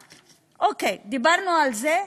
אוקיי, דיברנו על זה.